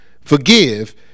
forgive